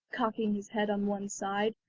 cocking his head on one side,